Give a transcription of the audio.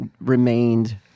remained